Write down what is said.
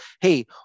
hey